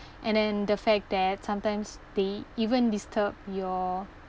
and then the fact that sometimes they even disturb your